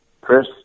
Chris